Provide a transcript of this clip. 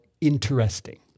interesting